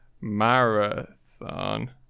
marathon